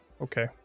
okay